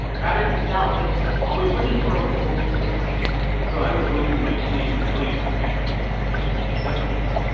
browder himself was always looking for a rule to break so i was going through my teenage rebellion back in in the nineteen seventy s,